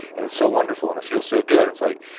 and it's so wonderful, and it feels so good. it's like,